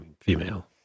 female